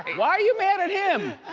why are you mad at him?